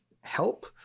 help